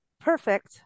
perfect